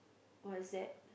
what is that